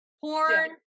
Porn